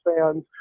fans